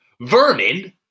Vermin